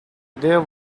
there